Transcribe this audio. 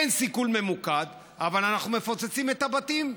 אין סיכול ממוקד, אבל אנחנו מפוצצים את הבתים,